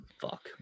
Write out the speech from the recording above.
fuck